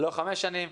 לא חמש שנים,